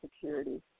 Security